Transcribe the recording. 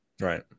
Right